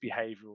behavioral